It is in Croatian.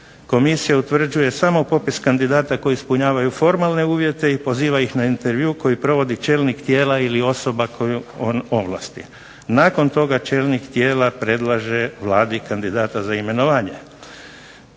komisija utvrđuje samo popis kandidata koji ispunjavaju formalne uvjete i poziva ih na intervju koji provodi čelnik tijela ili osoba koju on ovlasti. Nakon toga čelnik tijela predlaže Vladi kandidata za imenovanje.